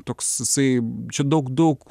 toks jisai čia daug daug